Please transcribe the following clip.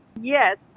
Yes